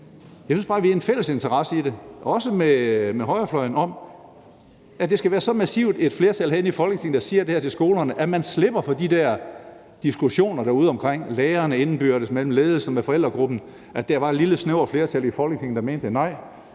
Jeg synes bare, at vi har en fælles interesse, også med højrefløjen, i, at det skal være så massivt et flertal herinde i Folketinget, der siger det her til skolerne, at man slipper for de der diskussioner derude mellem lærerne indbyrdes, med ledelsen og med forældregruppen om, at der var et lille, snævert flertal i Folketinget, der mente det.